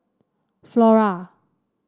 Flora